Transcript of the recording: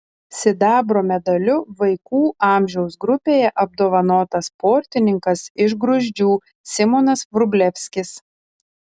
sidabro medaliu vaikų amžiaus grupėje apdovanotas sportininkas iš gruzdžių simonas vrublevskis